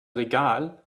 regal